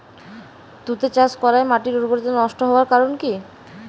তুতে চাষ করাই মাটির উর্বরতা নষ্ট হওয়ার কারণ কি?